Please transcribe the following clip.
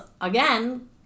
again